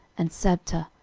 and sabta,